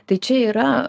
tai čia yra